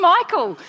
Michael